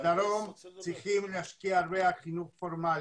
בדרום צריכים להשקיע הרבה בחינוך פורמלי,